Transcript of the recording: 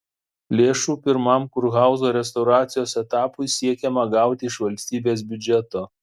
lėšų pirmam kurhauzo restauracijos etapui siekiama gauti iš valstybės biudžeto